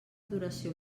duració